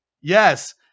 Yes